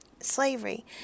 Slavery